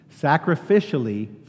sacrificially